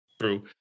true